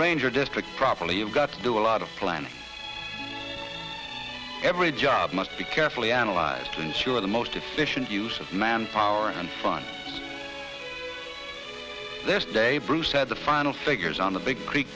ranger district properly you've got to do a lot of planning every job must be carefully analyzed to ensure the most efficient use of manpower and on this day bruce said the final figures on the big creek